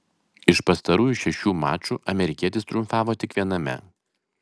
iš pastarųjų šešių mačų amerikietis triumfavo tik viename